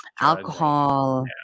Alcohol